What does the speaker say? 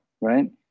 right